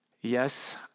Yes